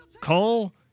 Cole